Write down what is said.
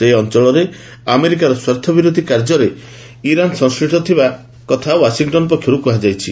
ସେହି ଅଞ୍ଚଳରେ ଆମେରିକାର ସ୍ୱାର୍ଥ ବିରୋଧୀ କାର୍ଯ୍ୟରେ ଇରାନ୍ ସଂଶ୍ଳିଷ୍ଟ ଥିବା କଥା ଓ୍ୱାଶିଂଟନ ପକ୍ଷରୁ କୁହଯାଇଛି